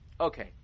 Okay